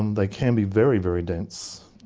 um they can be very, very dense,